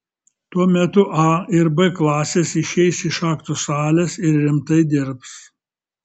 tuo metu a ir b klasės išeis iš aktų salės ir rimtai dirbs